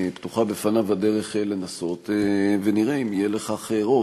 פתוחה בפניו הדרך לנסות, ונראה אם יהיה לכך רוב.